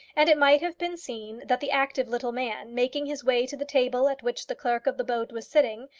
and it might have been seen that the active little man, making his way to the table at which the clerk of the boat was sitting,